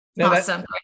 awesome